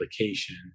application